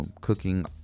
cooking